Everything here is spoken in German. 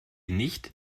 nicht